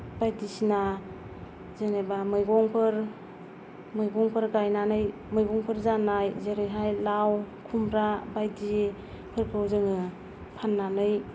बायदिसिना जेनेबा मैगंफोर मैगंफोर गायनानै मैगंफोर जानाय जेरैहाय लाव खुम्ब्रा बायदिफोरखौ जोङो फान्नानै